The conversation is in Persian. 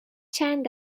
چند